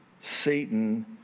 Satan